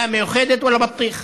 לא מאוחדת ולא בטיח.